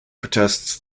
protests